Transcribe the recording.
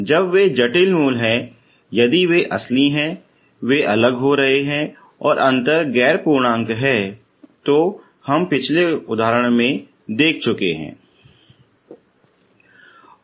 जब वे जटिल मूल है यदि वे असली है वे अलग हो रहे है और अंतर गैर पूर्णांक है जो हम पिछले उदाहरण में देख चुके है